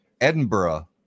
Edinburgh